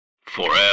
Forever